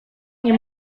nie